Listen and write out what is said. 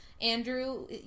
Andrew